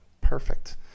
Perfect